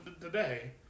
today